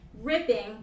ripping